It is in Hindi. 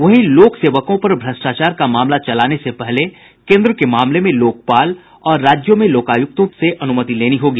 वहीं लोक सेवकों पर भ्रष्टाचार का मामला चलाने से पहले केन्द्र के मामले में लोकपाल और राज्यों में लोकायुक्तों से अनुमति लेनी होगी